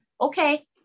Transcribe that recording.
okay